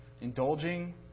Indulging